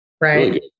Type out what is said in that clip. right